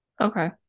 Okay